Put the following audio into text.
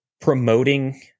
promoting